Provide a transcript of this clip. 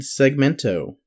segmento